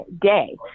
day